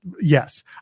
yes